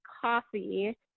coffee